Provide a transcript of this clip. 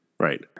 Right